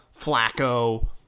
Flacco